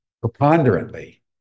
preponderantly